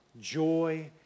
joy